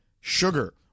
sugar